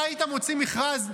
אתה היית מוציא מכרז,